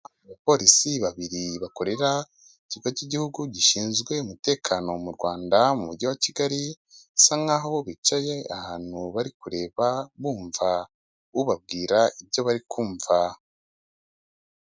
Abapolisi babairi bakorera ikigo cy'igihugu gishinzwe umutekano mu Rwanda mu mugi wa Kigaki, bisa nkaho bicaye ahantu barikureba, bumva ubabwira ibyo bari kumva.